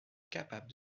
capable